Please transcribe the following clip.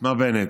מר בנט: